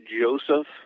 Joseph